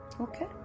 okay